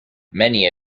many